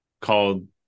called